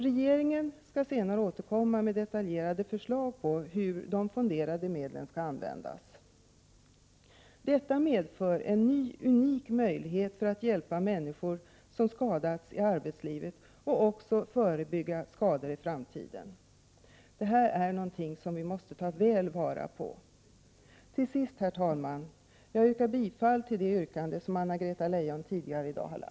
Regeringen skall senare återkomma med detaljerade förslag om hur de fonderade medlen skall användas. Detta innebär en unik möjlighet att hjälpa människor som skadats i arbetslivet och också att förebygga skador i framtiden. Det här är någonting som vi måste ta väl vara på. Till sist, herr talman, ansluter jag mig till det yrkande som Anna-Greta Leijon har ställt tidigare i dag.